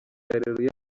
areruya